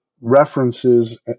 references